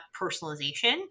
personalization